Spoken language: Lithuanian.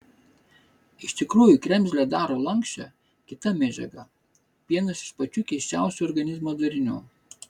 iš tikrųjų kremzlę daro lanksčią kita medžiaga vienas iš pačių keisčiausių organizmo darinių